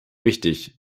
wichtig